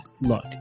Look